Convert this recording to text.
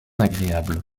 agréable